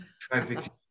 traffic